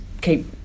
keep